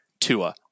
Tua